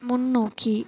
முன்னோக்கி